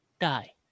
die